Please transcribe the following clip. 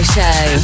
Show